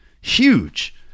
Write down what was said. Huge